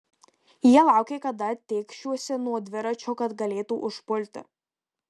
jie laukė kada tėkšiuosi nuo dviračio kad galėtų užpulti